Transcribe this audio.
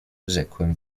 rzekłem